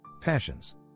Passions